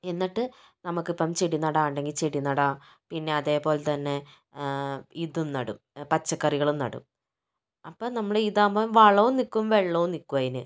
എന്നിട്ട് നമുക്കിപ്പം ചെടി നടാൻ ഉണ്ടെങ്കിൽ ചെടി നടാം നിന്നെ അതേപോലെതന്നെ ഇതും നടും പച്ചക്കറികളും നടും അപ്പോൾ നമ്മൾ ഇതാകുമ്പോൾ വളവും നിൽക്കും വെള്ളവും നിൽക്കും അതിന്